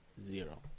zero